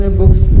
books